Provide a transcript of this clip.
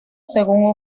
según